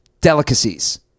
delicacies